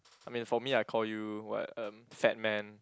I mean for me I call you what um fat man